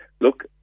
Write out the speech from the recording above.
look